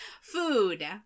Food